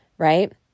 right